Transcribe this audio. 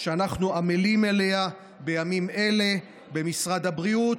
מערך הגיור שאני עמל על בנייתו הוא בליווי של רבנים גדולים.